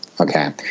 Okay